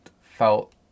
felt